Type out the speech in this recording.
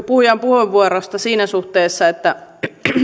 puhujan puheenvuorosta siinä suhteessa että